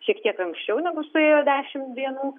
šiek tiek anksčiau negu suėjo dešimt dienų